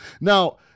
Now